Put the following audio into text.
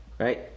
Right